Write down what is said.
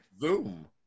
Zoom